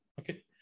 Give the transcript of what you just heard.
Okay